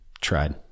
tried